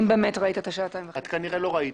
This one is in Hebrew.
את כנראה לא ראית.